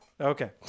Okay